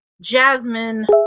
Jasmine